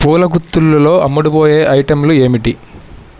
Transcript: పూల గుత్తులలో అమ్ముడుపోయే ఐటెంలు ఏమిటి